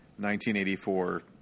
1984 –